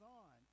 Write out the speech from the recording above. on